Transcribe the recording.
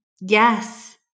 Yes